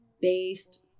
based